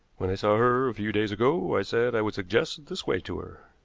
when i saw her a few days ago i said i would suggest this way to her.